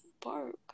park